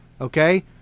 Okay